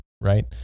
right